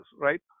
right